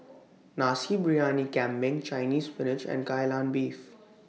Nasi Briyani Kambing Chinese Spinach and Kai Lan Beef